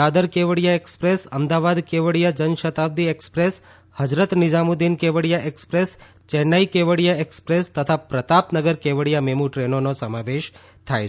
દાદર Kevadia express Ahmedabad Kevadia Janshatabdi express Hazrat Nizamuddin Kevadia express Chennai Kevadia express તથા Pratapnagar Kevadia MEMU ટ્રેનોનો સમાવેશ થાય છે